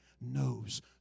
knows